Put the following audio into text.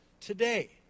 today